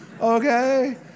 Okay